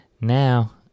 Now